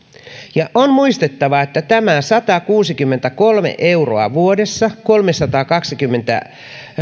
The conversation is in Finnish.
ja on muistettava että tämä satakuusikymmentäkolme euroa vuodessa kolmesataakaksikymmentäkuusi